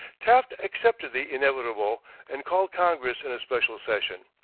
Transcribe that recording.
taft accepted the inevitable and called congress in a special session.